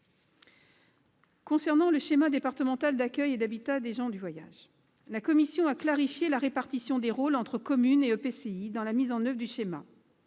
concerne le schéma départemental d'accueil et d'habitat des gens du voyage, la commission a clarifié la répartition des rôles entre communes et EPCI dans sa mise en oeuvre.